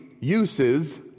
uses